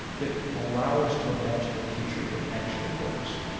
that allow us to imagine a future that actually works